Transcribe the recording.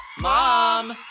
Mom